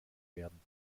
werden